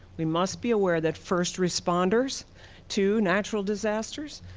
we must be aware that first responders to natural disasters,